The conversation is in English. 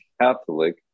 Catholic